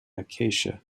acacia